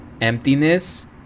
emptiness